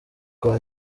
kwa